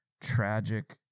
tragic